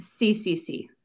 ccc